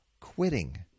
quitting